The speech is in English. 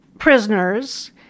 prisoners